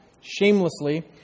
shamelessly